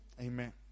amen